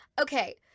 okay